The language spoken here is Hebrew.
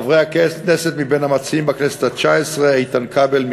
חברי הכנסת מבין המציעים בכנסת התשע-עשרה: איתן כבל,